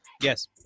yes